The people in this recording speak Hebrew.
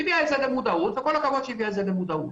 היא הביאה את זה למודעות וכל הכבוד שהיא הביאה את זה למודעות.